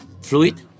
fluid